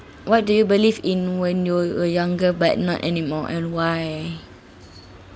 what do you believe in when you were were younger but not anymore and why